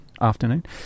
afternoon